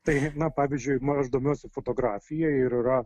tai na pavyzdžiui aš domiuosi fotografija ir yra